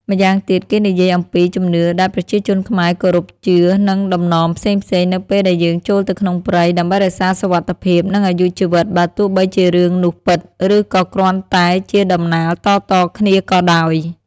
ម្យ៉ាងទៀត គេនិយាយអំពី ជំនឿដែលប្រជាជនខ្មែរ គោរព ជឿ និងតំណមផ្សេងៗ នៅពេលដែលយើងចូលទៅក្នុងព្រៃ ដើម្បីរក្សាសុវត្តិភាព និងអាយុជីវិតបើទោះបីជារឿងនោះពិត ឫក៏គ្រាន់តែជាតំណាលតៗគ្នាក៏ដោយ។